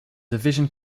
division